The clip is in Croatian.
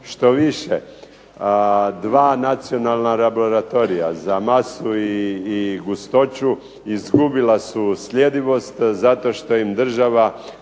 Što više, dva nacionalna laboratorija za masu u gustoću izgubila su sljedivosti zato što im država